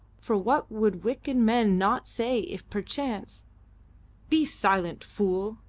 for what would wicked men not say if perchance be silent, fool!